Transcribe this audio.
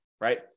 right